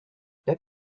that